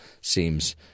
seems